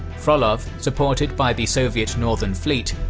frolov, supported by the soviet northern fleet,